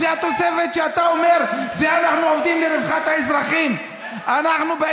זו התוספת שאתה אומר עליה: אנחנו עובדים לרווחת האזרחים?